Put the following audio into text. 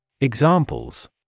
Examples